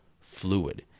fluid